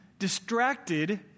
distracted